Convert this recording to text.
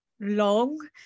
long